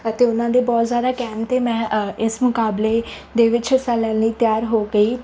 ਅਤੇ ਉਹਨਾਂ ਦੇ ਬਹੁਤ ਜ਼ਿਆਦਾ ਕਹਿਣ 'ਤੇ ਮੈਂ ਇਸ ਮੁਕਾਬਲੇ ਦੇ ਵਿੱਚ ਹਿੱਸਾ ਲੈਣ ਲਈ ਤਿਆਰ ਹੋ ਗਈ